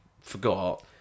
forgot